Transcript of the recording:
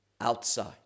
Outside